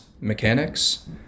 mechanics